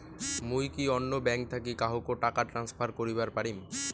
মুই কি অন্য ব্যাঙ্ক থাকি কাহকো টাকা ট্রান্সফার করিবার পারিম?